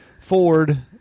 Ford